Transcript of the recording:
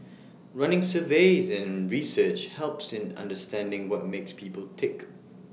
running surveys and research helps in understanding what makes people tick